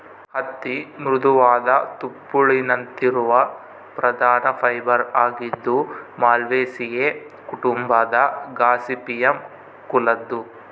ಹತ್ತಿ ಮೃದುವಾದ ತುಪ್ಪುಳಿನಂತಿರುವ ಪ್ರಧಾನ ಫೈಬರ್ ಆಗಿದ್ದು ಮಾಲ್ವೇಸಿಯೇ ಕುಟುಂಬದ ಗಾಸಿಪಿಯಮ್ ಕುಲದ್ದು